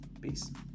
Peace